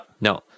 No